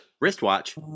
Wristwatch